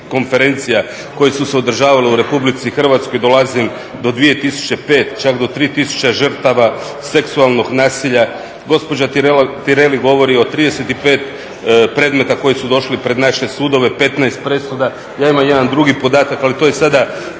konferencija koje su se održavale u RH dolazim do 2005, čak do 3000 žrtava seksualnog nasilja. Gospođa Tireli govoriti od 35 predmeta koji su došli pred naše sudove, 15 presuda. Ja imam jedan drugi podataka, ali to je sada